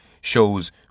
shows